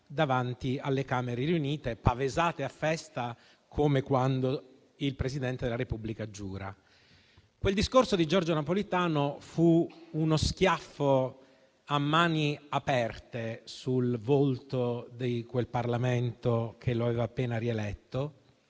davanti alle Camere riunite pavesate a festa come quando il Presidente della Repubblica giura. Quel discorso di Giorgio Napolitano fu uno schiaffo a mani aperte sul volto di quel Parlamento che lo aveva appena rieletto.